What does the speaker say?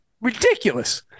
ridiculous